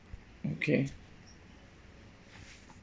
okay